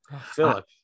philip